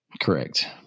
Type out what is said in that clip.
Correct